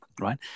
right